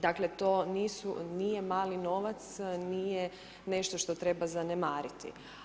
Dakle, to nije mali novac, nije nešto što treba zanemariti.